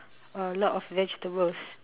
a lot of vegetables